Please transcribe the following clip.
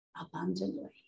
abundantly